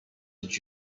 did